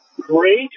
great